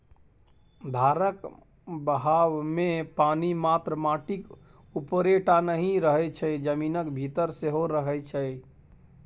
धारक बहावमे पानि मात्र माटिक उपरे टा नहि रहय छै जमीनक भीतर सेहो रहय छै